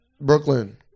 Brooklyn